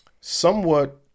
somewhat